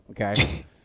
okay